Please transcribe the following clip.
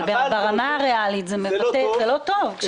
אבל ברמה הריאלית זה לא טוב.